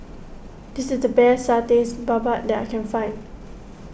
this is the best Satay Babat that I can find